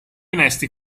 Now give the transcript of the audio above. onesti